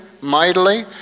mightily